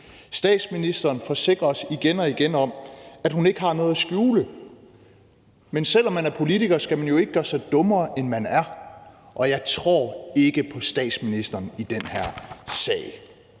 Statsministeren forsikrer os igen og igen om, at hun ikke har noget at skjule, men selv om man er politiker, skal man jo ikke gøre sig dummere, end man er, og jeg tror ikke på statsministeren i den her sag.